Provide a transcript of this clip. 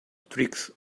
tricks